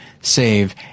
save –